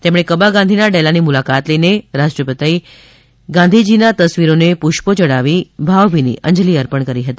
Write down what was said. તેમણે કબાગાંધીના ડેલાની મુલાકાત લઇને રાષ્ટ્રપિતા ગાંધીજીની તસવીરને પુષ્પો અઢાવી ભાવભીની અંજલી અર્પણ કરી હતી